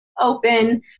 open